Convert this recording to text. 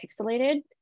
pixelated